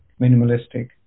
minimalistic